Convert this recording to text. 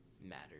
matter